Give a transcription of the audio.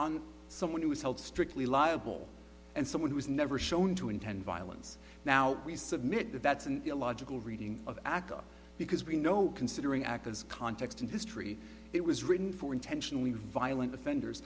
on someone who is held strictly liable and someone who is never shown to intend violence now we submit that that's an illogical reading of aca because we know considering actors context and history it was written for intentionally violent offenders